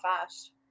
fast